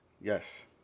Yes